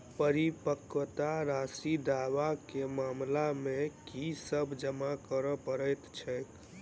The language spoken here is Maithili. परिपक्वता राशि दावा केँ मामला मे की सब जमा करै पड़तै छैक?